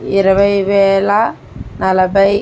ఇరవై వేల నలభై